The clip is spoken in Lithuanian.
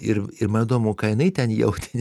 ir ir man įdomu ką jinai ten jautė